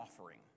offering